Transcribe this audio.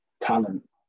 talent